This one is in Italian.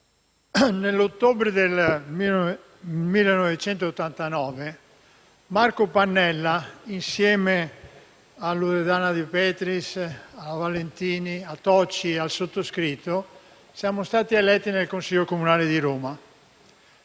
nell'ottobre del 1989 Marco Pannella, insieme ai colleghi Loredana De Petris, Valentini, Tocci e al sottoscritto, fu eletto nel Consiglio comunale di Roma,